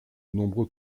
nombreux